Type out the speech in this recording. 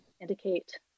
indicate